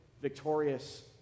victorious